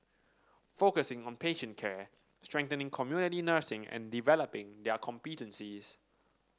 focusing on patient care strengthening community nursing and developing their competencies